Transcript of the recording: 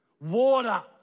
Water